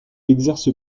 exerce